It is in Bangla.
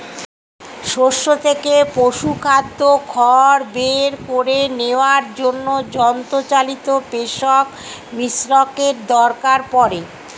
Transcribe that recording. শস্য থেকে পশুখাদ্য খড় বের করে নেওয়ার জন্য যন্ত্রচালিত পেষক মিশ্রকের দরকার পড়ে